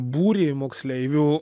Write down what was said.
būrį moksleivių